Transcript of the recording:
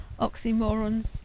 oxymorons